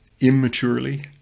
immaturely